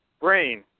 brain